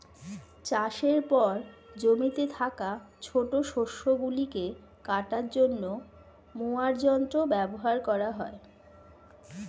চাষের পর জমিতে থাকা ছোট শস্য গুলিকে কাটার জন্য মোয়ার যন্ত্র ব্যবহার করা হয়